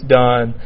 done